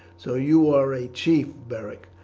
so you are a chief, beric!